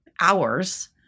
hours